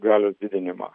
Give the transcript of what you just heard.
galios didinimą